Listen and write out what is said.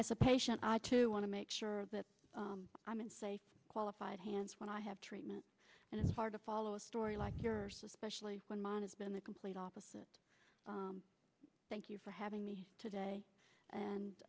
as a patient i too want to make sure that i'm in safe qualified hands when i have treatment and it's hard to follow a story like your specialty when mine is been the complete opposite thank you for having me today and